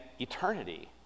eternity